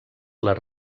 les